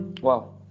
Wow